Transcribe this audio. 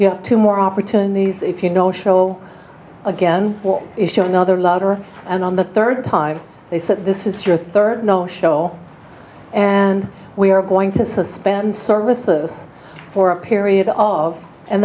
two more opportunities if you know show again what is shown other louder and on the third time they said this is just third no show and we are going to suspend services for a period of and